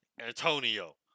Antonio